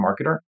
marketer